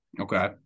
Okay